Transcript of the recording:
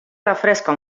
refresca